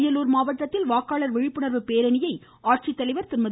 அரியலூர் மாவட்டத்தில் வாக்காளர் விழிப்புணர்வு பேரணியை மாவட்ட ஆட்சித்தலைவர் திருமதி